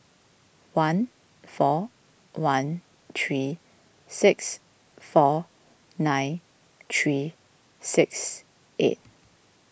one four one three six four nine three six eight